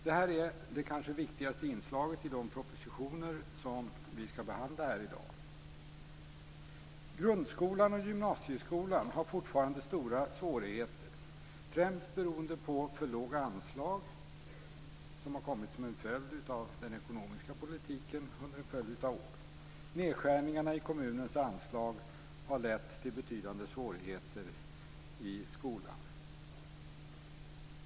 Detta är det kanske viktigaste inslaget i de propositioner som vi skall behandla här i dag. Grundskolan och gymnasieskolan har fortfarande stora svårigheter, främst beroende på för låga anslag som har kommit som en följd av den ekonomiska politiken under en följd av år. Nedskärningarna i kommunernas anslag har lett till betydande svårigheter i skolan.